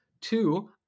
two